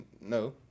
no